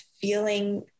feeling